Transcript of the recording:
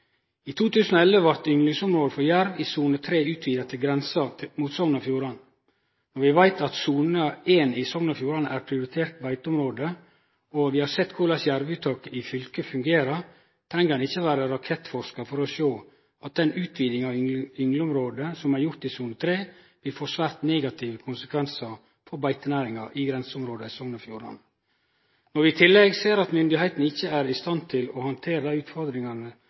I 2011 blei ynglingsområdet for jerv i sone 3 utvida til grensa mot Sogn og Fjordane. Vi veit at sone 1 i Sogn og Fjordane er prioritert beiteområde. Når vi har sett korleis jervuttaket i fylket fungerer, treng ein ikkje vere rakettforskar for å sjå at den utvidinga av yngleområdet som er gjort i sone 3, vil få svært negative konsekvensar for beitenæringa i grenseområda i Sogn og Fjordane. Når vi i tillegg ser at myndigheitene ikkje er i stand til å handtere dei utfordringane